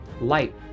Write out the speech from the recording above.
light